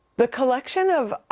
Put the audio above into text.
the collection of,